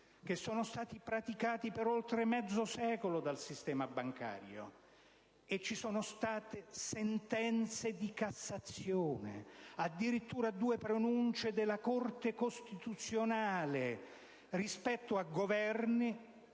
che sono stati praticati per oltre mezzo secolo dal sistema bancario. Ci sono state sentenze di Cassazione, addirittura due pronunce della Corte costituzionale rispetto a Governi